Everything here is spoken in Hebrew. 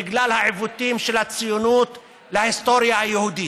בגלל העיוותים של הציונות בהיסטוריה היהודית.